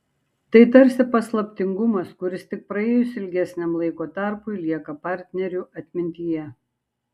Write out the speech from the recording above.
tai tarsi paslaptingumas kuris tik praėjus ilgesniam laiko tarpui lieka partnerių atmintyje